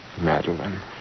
Madeline